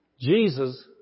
Jesus